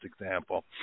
example